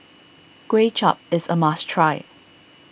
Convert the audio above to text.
Kuay Chap is a must try